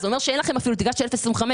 וזה אומר שאין לכם אפילו תקרה של 0.25%,